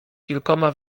kilkoma